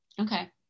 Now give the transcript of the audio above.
Okay